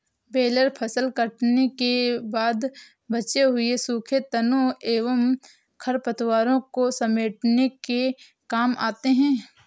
baler फसल कटने के बाद बचे हुए सूखे तनों एवं खरपतवारों को समेटने के काम आते हैं